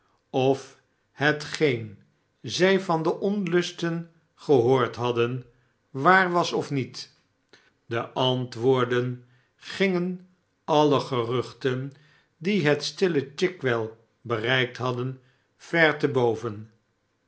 of hetgeen zij van de onlusten gehoord hadden waar was of niet de antwoorden gingen alle geruchten die het stille chig well bereikt hadden ver te boven